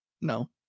no